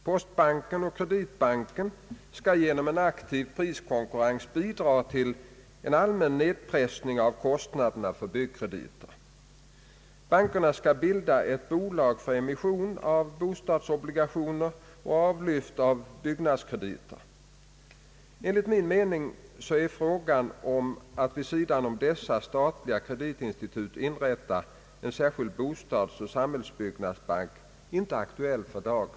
Postbanken och Kreditbanken skall genom en aktiv priskonkurrens bidra till en allmän nedpressning av kostnaderna för byggnadskrediter. Bankerna skall bilda ett bolag för emission av bostadsobligationer och avlyft av byggnadskrediter. Enligt min mening är frågan om att vid sidan av dessa statliga kreditinstitut inrätta en särskild bostadsoch samhällsbyggnadsbank inte aktuell för dagen.